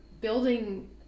building